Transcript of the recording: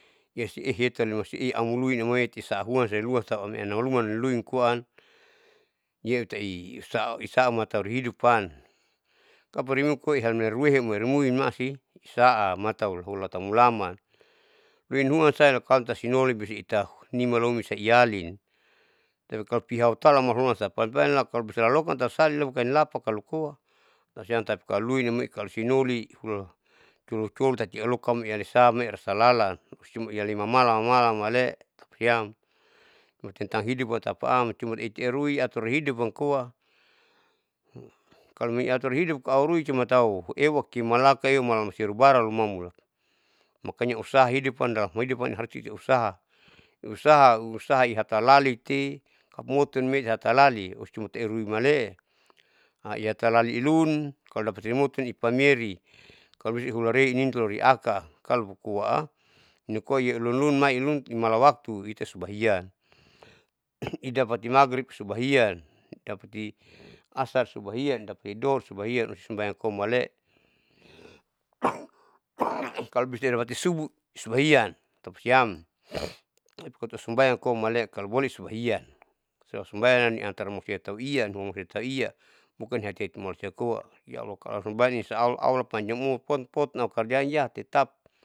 Yesi ihetali masie amuluin amaite saahuan sialuan sauamnei nalumanaluin nanuin koaan, nieutai saisau matari hiduppan kapurimu koihan mulairuehe mulairemui maasi sa'a matauhulatan mulaman ruin huansailakauta sinoli besiita nima lomi saiyalin. Tapi kalo pihautala maloruan asapa baimakalo lalokotau salilai bukanilapa kalo koa, lasiam tapi kalo luin namoi kalo sinoli colo colo tati alokokam ialesa amme'e rasa lalan icuma iyele mamala mamala male'e tapasiam. Motentang hidup potapaam cuma itairui ator hidop amkoa kalo miator hidop kaaurui cuman tau ewakimalaka aumala musirubara lumaumula, makanya usaha hidupan dalam hidupan harus itai usaha usaha usaha ihatalalite ammotunme ihatalali oscumate ihuruimale'e iatalali ilun kalo dapatimutun ipameri kalo isuihalarei intolori aka kalo koa nikoa, nikoa iailunlun mala waktu ita subahian idapati maghrib subahian dapati ashar subahian dapati dohor subahian sumbaiankom male'e kalo bisa iramati subuh subahian tapasiam iputusumbaian koa malea kalo boleh subahian, subahian nani antar musia atauian musiatauian bukan hateimalusia koa yalokalo sumbaian insya allah allah panjang umurkon potnau karjani iyatetap.